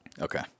Okay